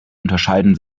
unterscheiden